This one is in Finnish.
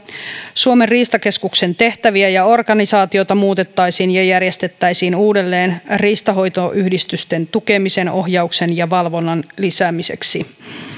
suomen riistakeskuksen tehtäviä ja organisaatiota muutettaisiin ja järjestettäisiin uudelleen riistanhoitoyhdistysten tukemisen ohjauksen ja valvonnan lisäämiseksi